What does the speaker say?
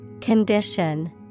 Condition